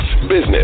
business